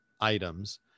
items